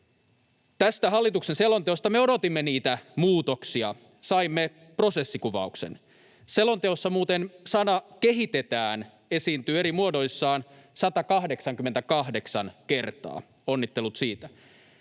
Tästä hallituksen selonteosta me odotimme niitä muutoksia, mutta saimme prosessikuvauksen. Selonteossa muuten sana "kehitetään" esiintyy eri muodoissaan 188 kertaa — onnittelut siitä.